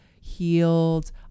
healed